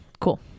Cool